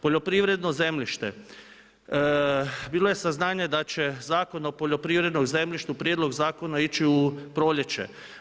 Poljoprivredno zemljište, bilo je saznanje da će Zakon o poljoprivrednom zemljištu, prijedlog zakona ići u proljeće.